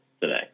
today